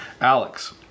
Alex